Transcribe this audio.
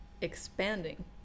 expanding